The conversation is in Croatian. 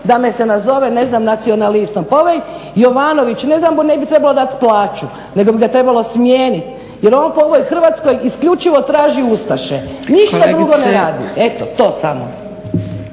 da me se nazove ne znam nacionalistom. Pa ovaj Jovanović ne da mu ne bi trebalo dati plaću nego bi ga trebalo smijeniti jer on po ovoj Hrvatskoj isključivo traži ustaše. Ništa drugo ne radi. Eto, to samo.